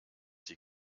die